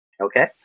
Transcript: Okay